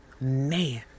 man